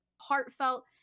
heartfelt